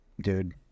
dude